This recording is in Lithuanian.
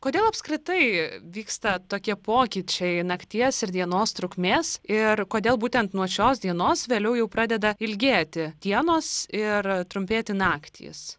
kodėl apskritai vyksta tokie pokyčiai nakties ir dienos trukmės ir kodėl būtent nuo šios dienos vėliau jau pradeda ilgėti dienos ir trumpėti naktys